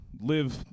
live